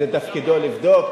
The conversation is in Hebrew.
זה תפקידו לבדוק,